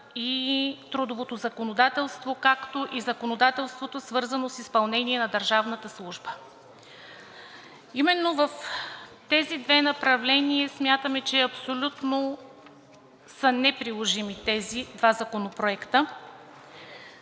и трудовото законодателство, както и законодателството, свързано с изпълнение на държавната служба. Именно в тези две направления смятаме, че абсолютно са неприложими тези два законопроекта.